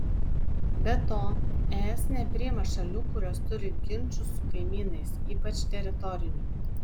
be to es nepriima šalių kurios turi ginčų su kaimynais ypač teritorinių